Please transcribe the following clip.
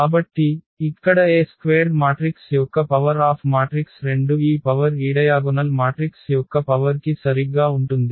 కాబట్టి ఇక్కడ A² matrix యొక్క పవర్ ఆఫ్ మాట్రిక్స్ 2 ఈ పవర్ ఈడయాగొనల్ మాట్రిక్స్ యొక్క పవర్ కి సరిగ్గా ఉంటుంది